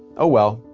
oh, well.